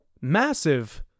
massive